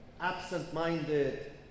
absent-minded